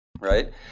Right